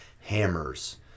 hammers